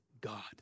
God